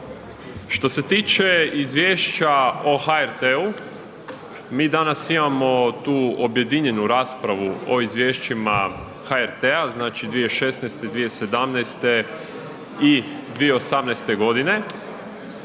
Što se tiče izvješća o HRT-u, mi danas imamo tu objedinjenu raspravu o izvješćima HRT-a, znači, 2016., 2017. i 2018. godine.